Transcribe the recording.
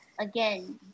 again